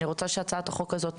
אני רוצה שהצעת החוק הזו תעבור,